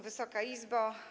Wysoka Izbo!